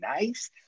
nice